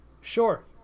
Sure